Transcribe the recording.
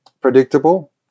predictable